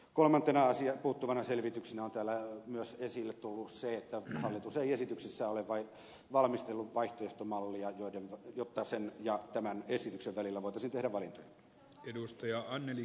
kolmantena puuttuvana selvityksenä on täällä myös esille tullut se että hallitus ei esityksessään ole valmistellut vaihtoehtomallia jotta sen ja tämän esityksen välillä voitaisiin tehdä valintoja